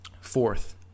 Fourth